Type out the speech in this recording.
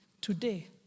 Today